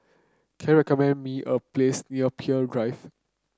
can you recommend me a place near Peirce Drive